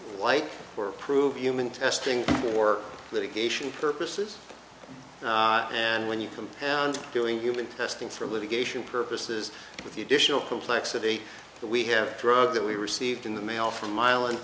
like or approve human testing for litigation purposes and when you compare doing human testing for litigation purposes with the additional complexity we have drugs that we received in the mail from